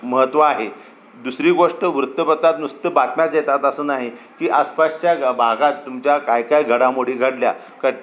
महत्त्व आहे दुसरी गोष्ट वृत्तपत्रात नुसतं बातम्याच येतात असं नाही की आसपासच्या भागात तुमच्या काय काय घडामोडी घडल्या क